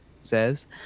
says